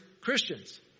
Christians